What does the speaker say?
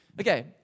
Okay